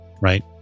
right